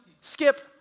Skip